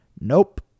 Nope